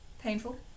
painful